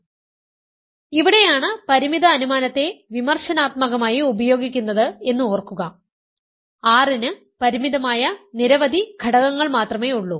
അതിനാൽ ഇവിടെയാണ് പരിമിത അനുമാനത്തെ വിമർശനാത്മകമായി ഉപയോഗിക്കുന്നത് എന്ന് ഓർക്കുക R ന് പരിമിതമായ നിരവധി ഘടകങ്ങൾ മാത്രമേ ഉള്ളൂ